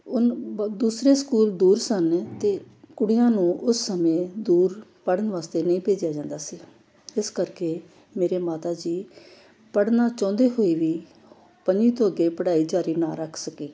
ਦੂਸਰੇ ਸਕੂਲ ਦੂਰ ਸਨ ਅਤੇ ਕੁੜੀਆਂ ਨੂੰ ਉਸ ਸਮੇਂ ਦੂਰ ਪੜ੍ਹਨ ਵਾਸਤੇ ਨਹੀਂ ਭੇਜਿਆ ਜਾਂਦਾ ਸੀ ਇਸ ਕਰਕੇ ਮੇਰੇ ਮਾਤਾ ਜੀ ਪੜ੍ਹਨਾ ਚਾਹੁੰਦੇ ਹੋਏ ਵੀ ਪੰਜਵੀਂ ਤੋਂ ਅੱਗੇ ਪੜ੍ਹਾਈ ਜਾਰੀ ਨਾ ਰੱਖ ਸਕੇ